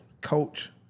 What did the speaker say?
coach